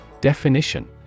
Definition